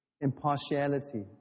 impartiality